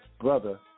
Brother